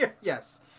Yes